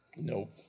Nope